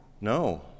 No